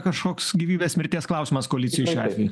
kažkoks gyvybės mirties klausimas koalicijoj šiuo atveju